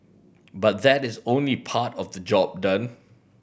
but that is only part of the job done